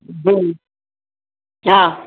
जी हा